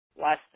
last